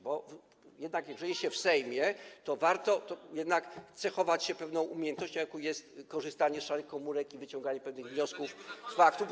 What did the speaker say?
bo jeżeli jest się w Sejmie, to warto cechować się pewną umiejętnością, jaką jest korzystanie z szarych komórek i wyciąganie pewnych wniosków z faktów.